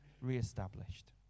reestablished